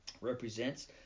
Represents